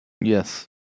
Yes